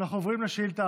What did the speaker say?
אנחנו עוברים לשאילתה